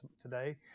today